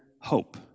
hope